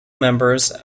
members